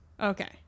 Okay